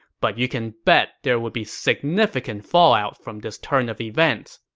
but you can bet there would be significant fallout from this turn of events.